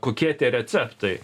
kokie tie receptai